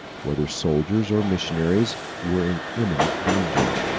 whether soldiers or missionaries, were in imminent danger.